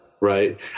right